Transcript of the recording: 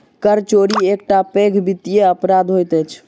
कर चोरी एकटा पैघ वित्तीय अपराध होइत अछि